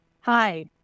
Hi